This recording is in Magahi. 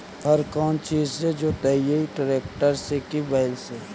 हर कौन चीज से जोतइयै टरेकटर से कि बैल से?